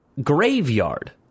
graveyard